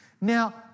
Now